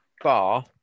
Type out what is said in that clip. bar